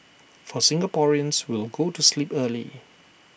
for Singaporeans we'll go to sleep early